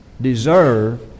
deserve